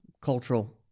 cultural